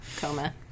coma